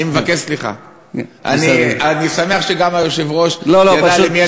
אני שמח שגם היושב-ראש ידע למי אני מתכוון.